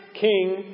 King